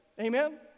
Amen